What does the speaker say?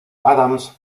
adams